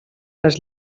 les